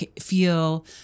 feel